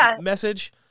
message